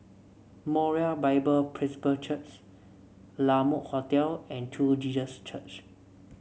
Moriah Bible Presby Church La Mode Hotel and True Jesus Church